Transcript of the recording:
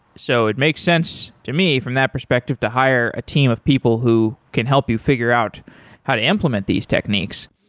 so it makes sense to me from that perspective to hire a team of people who can help you figure out how to implement these techniques.